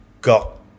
got